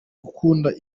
gukunda